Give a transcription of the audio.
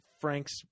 Frank's